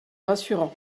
rassurant